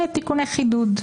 תיקוני חידוד.